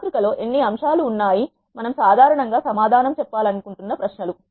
మాతృక లో ఎన్ని అంశాలు ఉన్నాయి మనం సాధారణంగా సమాధానం చెప్పాలనుకుంటున్న ప్రశ్నలు